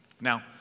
Now